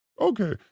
Okay